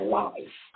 life